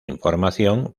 información